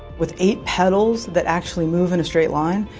with eight petals that actually move in a straight line,